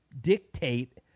dictate